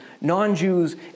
non-Jews